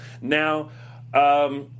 now